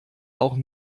auch